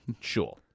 Sure